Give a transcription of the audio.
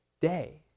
day